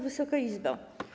Wysoka Izbo!